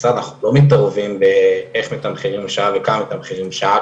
מתערבים באיך מתמחרים לשעה וכמה מתמחרים לשעה.